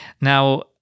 Now